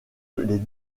les